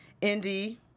Indy